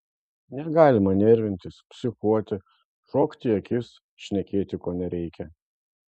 negalima nervintis psichuoti šokti į akis šnekėti ko nereikia